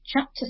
chapter